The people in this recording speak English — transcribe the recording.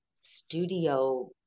studio